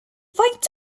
faint